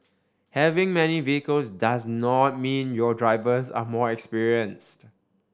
having many vehicles does not mean your drivers are more experienced